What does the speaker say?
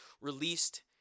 released